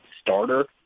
starter